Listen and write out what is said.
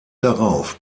darauf